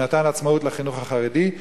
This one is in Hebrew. שנתן עצמאות לחינוך החרדי,